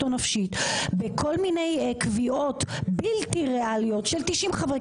או נפשית בכל מיני קביעות בלתי ריאליות של 90 חברי